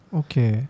okay